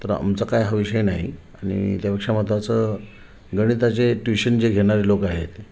तर आमचा काही हा विषय नाही आणि त्यापेक्षा महत्त्वाचं गणिताचे ट्यूशन जे घेणारे लोक आहेत